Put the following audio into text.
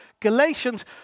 Galatians